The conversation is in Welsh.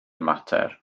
mater